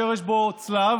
ויש בו צלב,